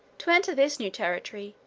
to enter this new territory,